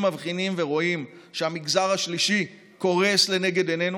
מבחינים ורואים שהמגזר השלישי קורס לנגד עינינו?